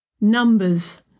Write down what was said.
Numbers